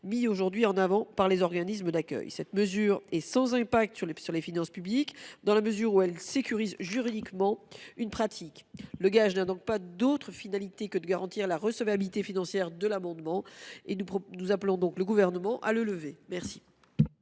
les organismes mettent eux mêmes en avant. Cette mesure serait sans impact sur les finances publiques dans la mesure où elle sécurise juridiquement une pratique. Le gage n’a donc pas d’autre finalité que de garantir la recevabilité financière de l’amendement et nous appelons le Gouvernement à le lever. Quel